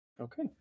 Okay